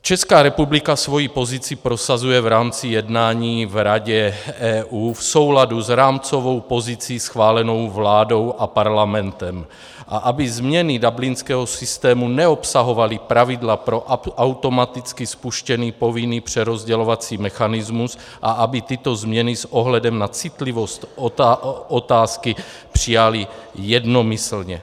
Česká republika svou pozici prosazuje v rámci jednání v Radě EU v souladu s rámcovou pozicí schválenou vládou a parlamentem, a aby změny dublinského systému neobsahovaly pravidla pro automaticky spuštěný povinný přerozdělovací mechanismus a aby tyto změny s ohledem na citlivost otázky přijaly jednomyslně.